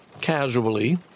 casually